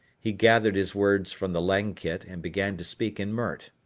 he gathered his words from the langkit and began to speak in mert.